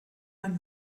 ein